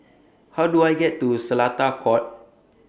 How Do I get to Seletar Court